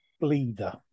Bleeder